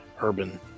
Urban